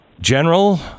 General